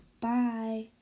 Bye